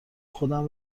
خودم